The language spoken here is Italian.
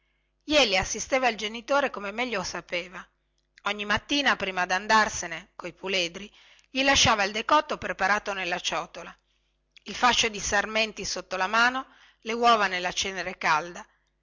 jeli assisteva il genitore come meglio sapeva ogni mattina prima dandarsene coi puledri gli lasciava il decotto preparato nella ciotola il fascio di sarmenti sotto la mano le uova nella cenere calda